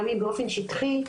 גם אם באופן שטחי,